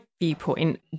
viewpoint